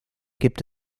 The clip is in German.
gibt